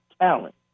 talent